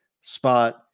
spot